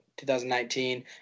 2019